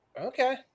Okay